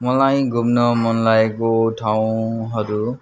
मलाई घुम्न मन लागेको ठाउँहरू